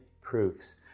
proofs